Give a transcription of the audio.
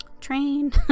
Train